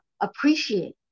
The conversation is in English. appreciate